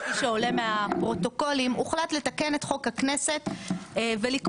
כפי שעולה מן הפרוטוקולים הוחלט לתקן את חוק הכנסת ולקבוע